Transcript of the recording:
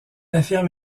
affirme